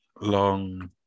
Long